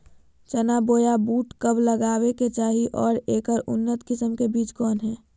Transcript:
चना बोया बुट कब लगावे के चाही और ऐकर उन्नत किस्म के बिज कौन है?